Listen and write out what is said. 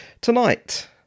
tonight